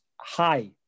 high